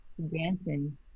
dancing